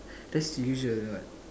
that's usual what